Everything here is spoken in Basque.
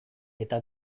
eta